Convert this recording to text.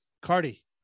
cardi